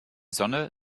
sonne